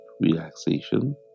relaxation